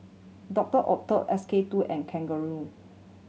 Doctor Oetker S K Two and Kangaroo